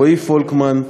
רועי פולקמן,